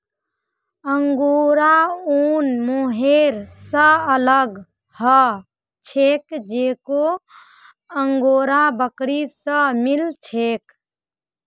angora ऊन mohair स अलग ह छेक जेको अंगोरा बकरी स मिल छेक